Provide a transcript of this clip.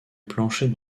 plancher